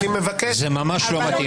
גם אם זה לא חוקי,